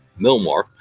Milmore